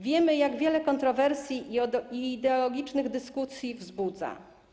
Wiemy, jak wiele kontrowersji i ideologicznych dyskusji wzbudza.